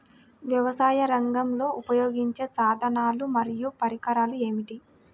వ్యవసాయరంగంలో ఉపయోగించే సాధనాలు మరియు పరికరాలు ఏమిటీ?